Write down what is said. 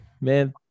Man